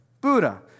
Buddha